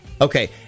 Okay